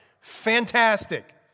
fantastic